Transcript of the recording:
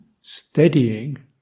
steadying